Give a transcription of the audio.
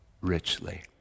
richly